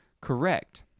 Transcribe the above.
correct